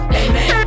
amen